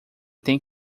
tem